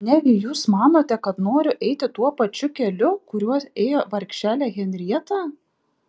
negi jūs manote kad noriu eiti tuo pačiu keliu kuriuo ėjo vargšelė henrieta